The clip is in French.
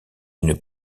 une